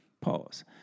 Pause